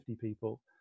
people